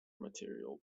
material